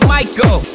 Michael